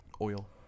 Oil